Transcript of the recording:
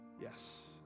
Yes